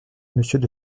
monsieur